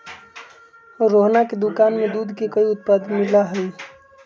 रोहना के दुकान में दूध के कई उत्पाद मिला हई